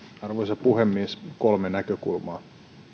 arvoisa puhemies kolme näkökulmaa tähän